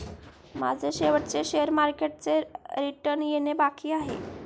माझे शेवटचे शेअर मार्केटचे रिटर्न येणे बाकी आहे